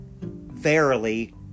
verily